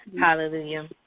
Hallelujah